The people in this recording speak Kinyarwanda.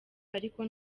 ariko